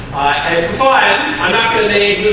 and fun, i'm not going